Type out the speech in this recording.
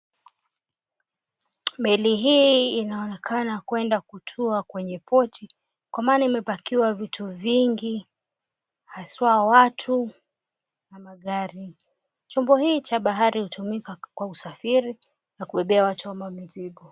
Meli hii inaonekana inaenda kutua kwenye port kwa maana imepakiwa vitu vingi haswa watu na magari chombo hii cha bahari hutumika kusafiri na kubebea watu ama mizigo.